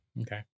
okay